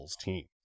team